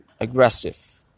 aggressive